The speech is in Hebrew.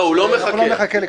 לא, הוא לא מחכה, עובדים.